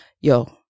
Yo